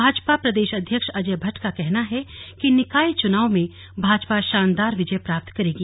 भाजपा प्रदेश अध्यक्ष अजय भट्ट का कहना है कि निकाय चुनाव में भाजपा शानदार विजय प्राप्त करेगी